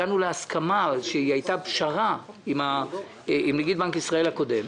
הגענו להסכמה שהיא הייתה פשרה עם נגיד בנק ישראל הקודם.